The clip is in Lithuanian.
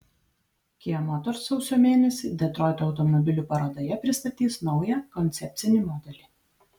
kia motors sausio mėnesį detroito automobilių parodoje pristatys naują koncepcinį modelį